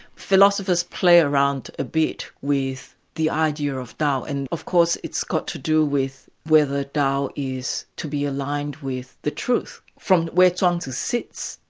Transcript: philosophers play around a bit with the idea of tao, and of course it's got to do with whether tao is to be aligned with the truth. from where chuang tze sits,